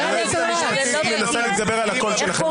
היועצת המשפטית מנסה להתגבר על הקול שלכם.